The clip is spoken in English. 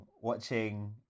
watching